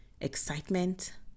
excitement